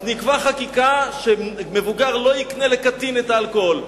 אז נקבע חקיקה שמבוגר לא יקנה לקטין את האלכוהול,